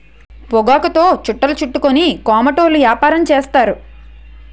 పొగాకుతో చుట్టలు చుట్టుకొని కోమటోళ్ళు యాపారం చేస్తారు